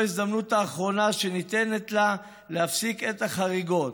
ההזדמנות האחרונה שניתנת לה להפסיק את החריגות,